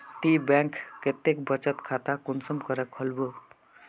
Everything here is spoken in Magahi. ती बैंक कतेक बचत खाता कुंसम करे खोलबो?